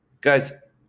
Guys